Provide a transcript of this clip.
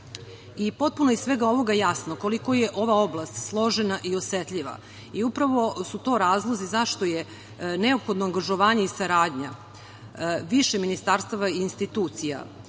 potpuno je jasno koliko je ova oblast složena i osetljiva. Upravo su to razlozi zašto je neophodno angažovanje i saradnja više ministarstava i institucija,